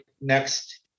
next